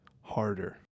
harder